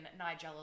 Nigella